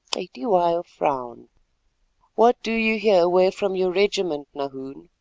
cetywayo frowned. what do you here away from your regiment, nahoon?